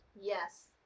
yes